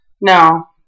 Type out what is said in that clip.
No